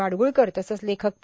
माडगुळकर तसंघ लेखक पु